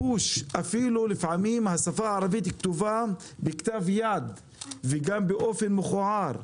אפילו לפעמים השפה הערבית כתובה בכתב יד וגם באופן מכוער.